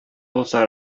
булса